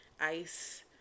ice